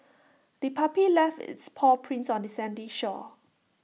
the puppy left its paw prints on the sandy shore